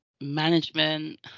Management